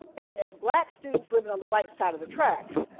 and, as black students lived on the white side of the tracks,